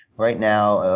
right now,